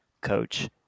coach